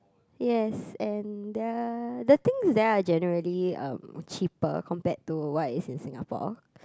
yes and the the things there are generally um cheaper compared to what is in Singapore